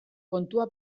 kontua